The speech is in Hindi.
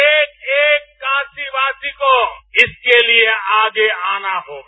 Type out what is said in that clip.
एक एक काशीवासी को इसके लिए आगे आना होगा